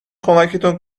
کمکتون